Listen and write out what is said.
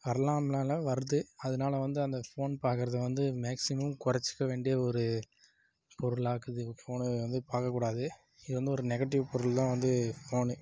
வரலாம்லான் இல்லை வருது அதனால் வந்து அந்த ஃபோன் பார்க்கறது வந்து மேக்ஸிமம் கொறைச்சிக்க வேண்டிய ஒரு பொருளாக இருக்குது இப்போது ஃபோனு வந்து பார்க்கக்கூடாது இது வந்து ஒரு நெகட்டிவ் பொருள் தான் வந்து ஃபோனு